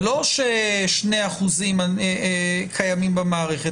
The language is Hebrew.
זה לא ש-2% קיימים במערכת,